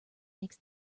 makes